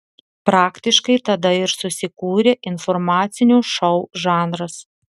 praktiškai tada ir susikūrė informacinio šou žanras